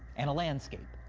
and a landscape.